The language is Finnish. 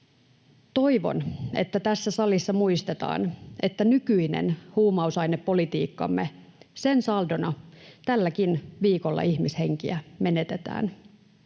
Toivon, että tässä salissa muistetaan, että nykyisen huumausainepolitiikkamme saldona tälläkin viikolla ihmishenkiä menetetään.